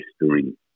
history